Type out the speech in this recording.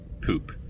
Poop